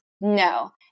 no